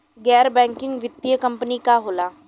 गैर बैकिंग वित्तीय कंपनी का होला?